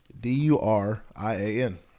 D-U-R-I-A-N